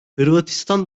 hırvatistan